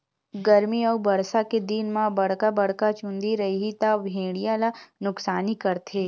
गरमी अउ बरसा के दिन म बड़का बड़का चूंदी रइही त भेड़िया ल नुकसानी करथे